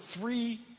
three